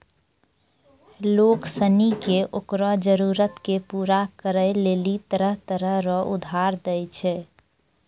लोग सनी के ओकरो जरूरत के पूरा करै लेली तरह तरह रो उधार दै छै